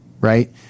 right